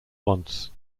once